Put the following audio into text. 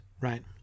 right